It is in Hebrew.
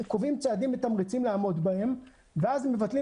קובעים צעדים מתמרצים לעמוד בהם ואז מבטלים